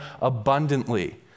abundantly